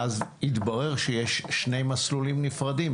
ואז התברר שיש שני מסלולים נפרדים,